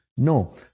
No